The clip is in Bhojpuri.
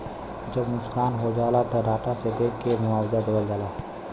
जब नुकसान हो जाला त डाटा से देख के मुआवजा देवल जाला